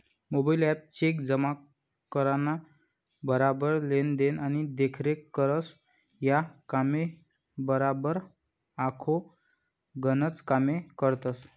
mobile app check जमा कराना बराबर लेन देन आणि देखरेख करस, या कामेसबराबर आखो गनच कामे करस